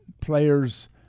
players